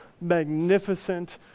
magnificent